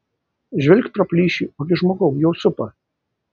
žvilgt pro plyšį ogi žmogau jau supa